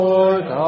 Lord